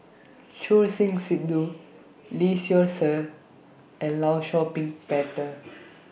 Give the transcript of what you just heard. Choor Singh Sidhu Lee Seow Ser and law Shau Ping Peter